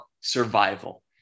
survival